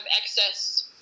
excess